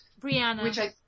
Brianna